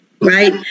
right